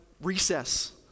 recess